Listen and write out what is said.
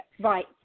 Right